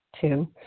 Two